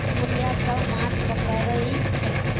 गोढ़िया सब माछ पकरई छै